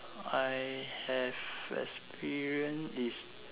I have experience is